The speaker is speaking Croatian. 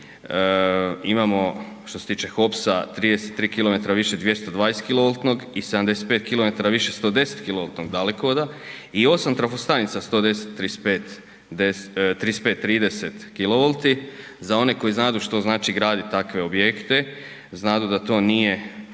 imamo što se tiče HOPS-a 33 km više 220 kilovoltnog i 75 km više 110 kilovoltnog dalekovoda i 8 trafostanica 110, 35, 30 kilovolti, za one koji znadu što znači gradit takve objekte, znadu da to nije